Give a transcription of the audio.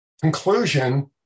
conclusion